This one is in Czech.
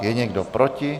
Je někdo proti?